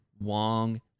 Wong